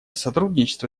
сотрудничества